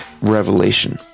revelation